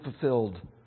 fulfilled